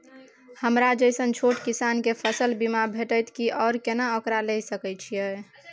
हमरा जैसन छोट किसान के फसल बीमा भेटत कि आर केना ओकरा लैय सकैय छि?